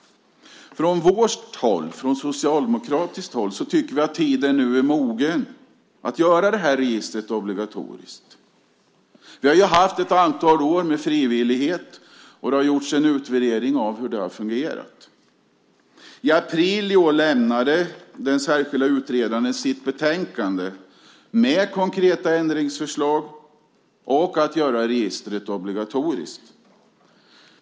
Från socialdemokratiskt håll tycker vi att tiden nu är mogen för att göra registret obligatoriskt. Vi har ju haft ett antal år med frivillighet, och det har också gjorts en utvärdering av hur det fungerat. I april i år lämnade den särskilda utredaren sitt betänkande. Där finns konkreta ändringsförslag samt förslag om att göra registret obligatoriskt.